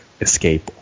escape